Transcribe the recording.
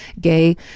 gay